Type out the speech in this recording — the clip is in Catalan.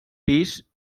pis